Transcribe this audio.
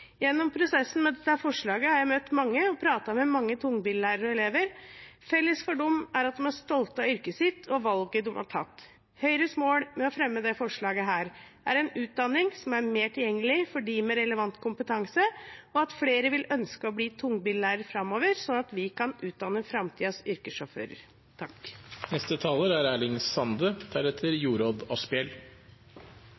Gjennom prosessen med dette forslaget har jeg møtt og pratet med mange tungbillærere og elever. Felles for dem er at de er stolte av yrket sitt og valget de har tatt. Høyres mål med å fremme dette forslaget er en utdanning som er mer tilgjengelig for dem med relevant kompetanse, og at flere vil ønske å bli tungbillærere framover, slik at vi kan utdanne